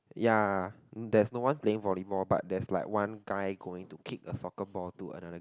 ya that's no one play volleyball but there's like one guy going to kick a soccer ball to another guy